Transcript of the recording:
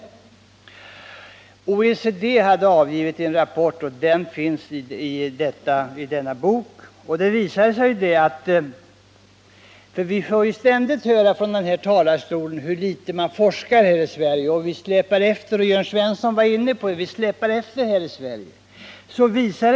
OECD har avgivit en rapport som finns återgiven i denna bok. Vi får ju ständigt höra från riksdagens talarstol hur litet det forskas i Sverige. Jörn Svensson var inne på att forskningen släpar efter i vårt land.